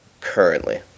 currently